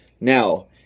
now